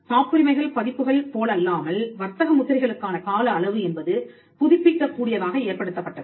காப்புரிமைகள் பதிப்புகள் போலல்லாமல் வர்த்தக முத்திரைகளுக்கான கால அளவு என்பது புதுப்பிக்கக் கூடியதாக ஏற்படுத்தப்பட்டது